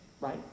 right